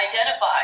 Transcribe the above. identify